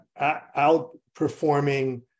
outperforming